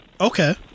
Okay